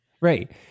Right